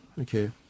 Okay